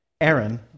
Aaron